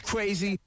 Crazy